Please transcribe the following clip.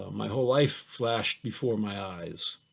my whole life flashed before my eyes.